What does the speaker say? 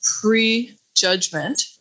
pre-judgment